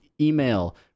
Email